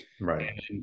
right